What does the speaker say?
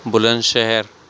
بلند شہر